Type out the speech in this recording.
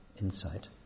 insight